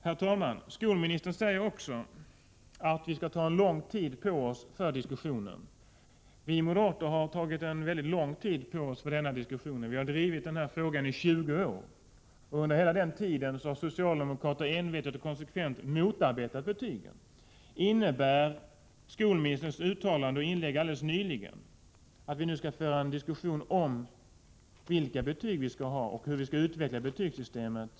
Herr talman! Skolministern sade också att vi skall ta lång tid på oss för den här diskussionen. Vi moderater har redan tagit lång tid på oss för den. Vi har drivit frågan i 20 år. Under hela denna tid har socialdemokraterna envetet och konsekvent motarbetat betygen. Innebär skolministerns uttalande helt nyligen att vi nu skall föra en diskussion om vilken typ av betyg vi skall ha och hur vi skall utveckla betygssystemet?